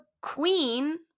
Queen